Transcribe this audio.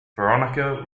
veronica